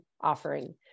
offering